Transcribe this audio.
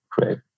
great